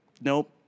Nope